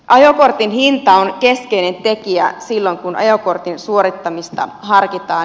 ajokortin hinta on keskeinen tekijä silloin kun ajokortin suorittamista harkitaan